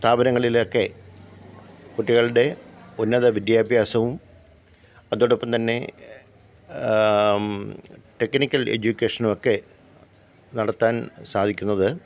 സ്ഥാപങ്ങളിലൊക്കെ കുട്ടികളുടെ ഉന്നത വിദ്യാഭ്യാസവും അതോടൊപ്പം തന്നെ ടെക്ക്നിക്കല് എജ്യൂക്കേഷനു ഒക്കെ നടത്താന് സാധിക്കുന്നത്